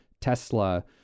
tesla